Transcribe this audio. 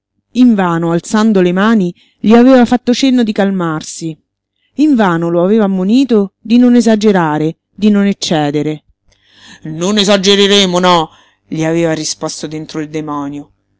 invano alzando le mani gli aveva fatto cenno di calmarsi invano lo aveva ammonito di non esagerare di non eccedere non esagereremo no gli aveva risposto dentro il demonio